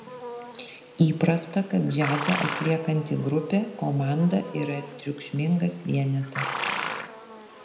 įprasta kad džiazą atliekanti grupė komanda yra triukšmingas vienetas